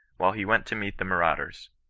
while he went to meet the marauders.